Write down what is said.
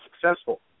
successful